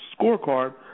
scorecard